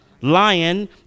Lion